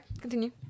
continue